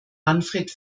manfred